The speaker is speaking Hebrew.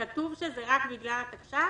כתוב שזה רק בגלל התקש"ח?